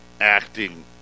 acting